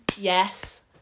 Yes